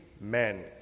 men